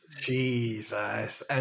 Jesus